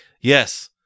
Yes